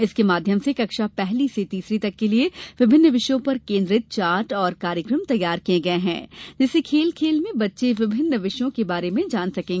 इसके माध्यम से कक्षा पहली से तीसरी तक के लिए विभिन्न विषयों पर केन्द्रित चार्ट और कार्यक्रम तैयार किये गये हैं जिससे खेल खेल में बच्चे विभिन्न विषयों के बारे में जान सकें